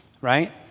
right